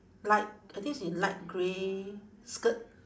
light I think is in light grey skirt